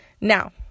Now